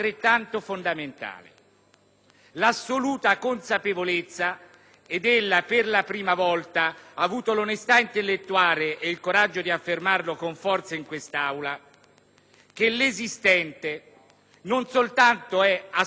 l'assoluta consapevolezza - e lei per la prima volta ha avuto l'onestà intellettuale e il coraggio di affermarlo con forza in quest'Aula - che l'esistente non soltanto è assolutamente inadeguato,